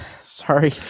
sorry